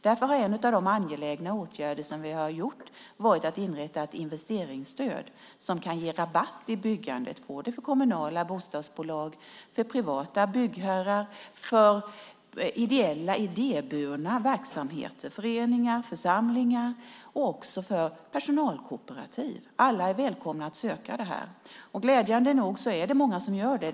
Därför var en av våra angelägna åtgärder att inrätta ett investeringsstöd som kan ge rabatt vid byggandet för kommunala bostadsbolag, för privata byggherrar, för ideella idéburna verksamheter, föreningar, församlingar och också för personalkooperativ. Alla är välkomna att söka investeringsstödet. Glädjande nog är det många som gör det.